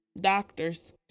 doctors